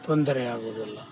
ತೊಂದರೆ ಆಗುವುದಿಲ್ಲ